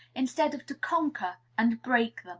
instead of to conquer and break